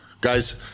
guys